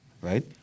right